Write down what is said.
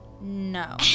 no